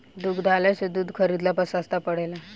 दुग्धालय से दूध खरीदला पर सस्ता पड़ेला?